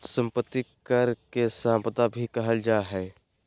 संपत्ति कर के सम्पदा कर भी कहल जा हइ